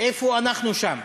איפה אנחנו שם?